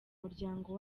muryango